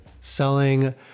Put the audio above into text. selling